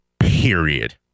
Period